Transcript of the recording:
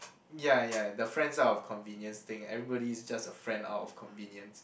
ya ya the friends out of convenience thing everybody is just a friend out of convenience